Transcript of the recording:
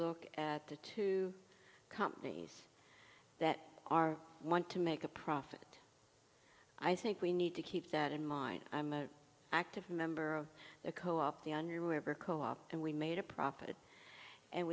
look at the two companies that are want to make a profit i think we need to keep that in mind i'm an active member of the co op than you ever co op and we made a profit and